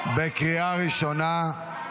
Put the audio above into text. בקריאה הראשונה.